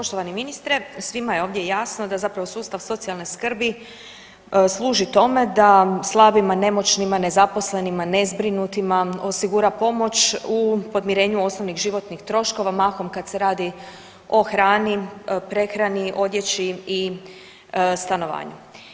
Poštovani ministre, svima je ovdje jasno da zapravo sustav socijalne skrbi služi tome da slabima, nemoćnima, nezaposlenima, nezbrinutima osigura pomoć u podmirenju osnovnih životnih troškova, mahom kad se radi o hrani, prehrani, odjeći i stanovanju.